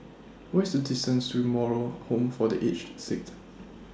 What IS The distance to Moral Home For The Aged Sick